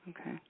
okay